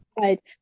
Right